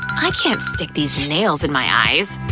i can't stick these nails in my eye!